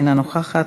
אינה נוכחת,